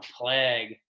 plague